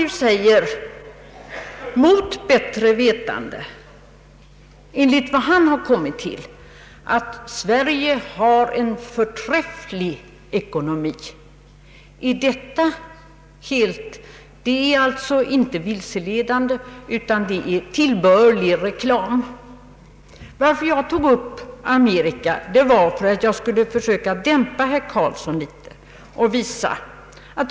Om han nu mot bättre vetande säger att Sverige har en förträfflig ekonomi, är det då inte vilseledande utan tillbörlig reklam? Att jag talade om Amerika var därför att jag ville försöka dämpa herr Karls son litet.